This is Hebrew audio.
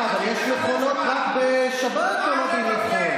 היו הממונה והמפקחת המחוזית,